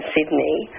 Sydney